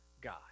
God